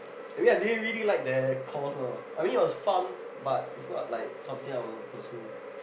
maybe I didn't really that course lah I mean it was fun but it's not like something I would pursue